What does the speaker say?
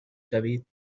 شوید